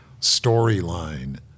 storyline